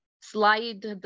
slide